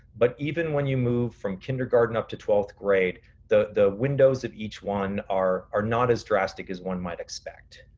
but even when you move from kindergarten up to twelfth grade, the the windows of each one are are not as drastic as one might expect.